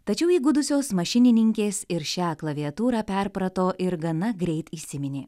tačiau įgudusios mašininkės ir šią klaviatūrą perprato ir gana greit įsiminė